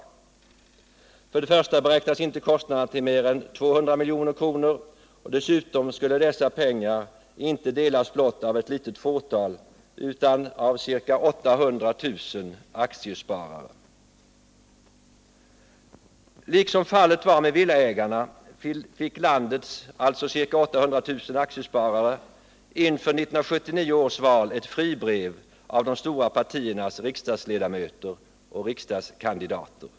Men först och främst beräknas inte kostnaden till mer än 200 milj.kr., och dessutom skulle dessa pengar inte delas blott av ett litet fåtal utan av ca 800 000 aktiesparare. Liksom fallet var med villaägarna fick landets ca 800 000 aktiesparare inför 1979 års val ett fribrev av de stora partiernas riksdagsledamöter och riksdagskandidater.